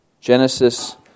Genesis